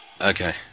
Okay